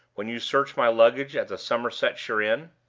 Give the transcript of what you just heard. when you searched my luggage at the somersetshire inn?